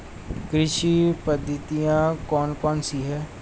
कृषि पद्धतियाँ कौन कौन सी हैं?